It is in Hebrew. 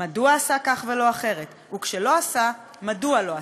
מדוע עשה כך ולא אחרת, וכשלא עשה, מדוע לא עשה".